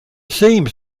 seems